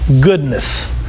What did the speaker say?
goodness